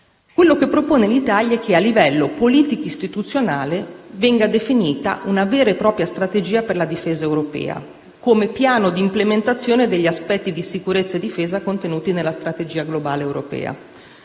L'Italia propone che a livello politico-istituzionale venga definita una vera e propria strategia per la difesa europea come piano d'implementazione degli aspetti di sicurezza e difesa contenuti nella strategia globale europea.